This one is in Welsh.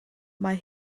mae